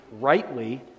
rightly